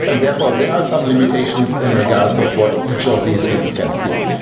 and therefore, there are some limitations in regards of what each of these things can see.